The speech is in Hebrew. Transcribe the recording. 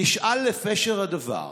נשאל לפשר הדבר,